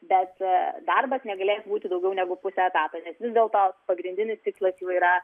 bet darbas negalės būti daugiau negu pusę etato nes vis dėlto pagrindinis tikslas jų yra